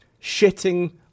shitting